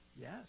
Yes